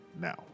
now